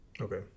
Okay